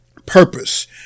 Purpose